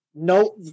No